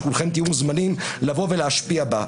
וכולכם מוזמנים להשפיע בה.